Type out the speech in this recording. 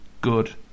good